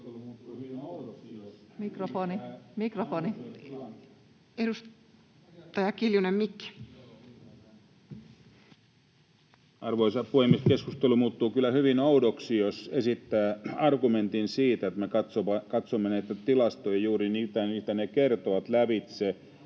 mikrofonin ollessa suljettuna] Arvoisa puhemies! Keskustelu muuttuu kyllä hyvin oudoksi, jos esittää argumentin siitä, kun me katsomme lävitse näitä tilastoja, juuri sitä, mitä ne kertovat,